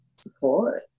support